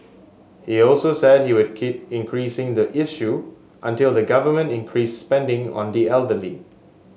he also said he would keep increasing the issue until the Government increased spending on the elderly